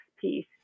piece